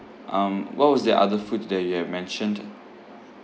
um what was the other food that you have mentioned